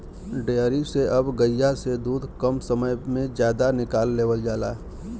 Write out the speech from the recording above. dairy से अब गइया से दूध कम समय में जादा निकाल लेवल जाला